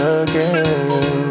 again